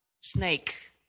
snake